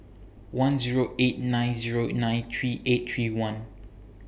one Zero eight nine Zero nine three eight three one